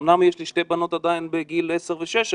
אמנם יש לי שתי בנות עדיין בגיל עשר ושש,